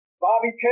Bobby